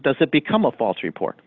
does it become a false report